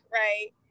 right